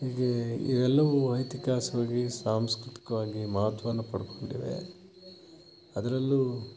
ಹೀಗೆ ಇವೆಲ್ಲವು ಐತಿಹಾಸಿಕ್ವಾಗಿ ಸಾಂಸ್ಕೃತಿಕವಾಗಿ ಮಹತ್ವವನ್ನು ಪಡ್ಕೊಂಡಿವೆ ಅದರಲ್ಲೂ